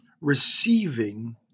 Receiving